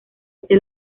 este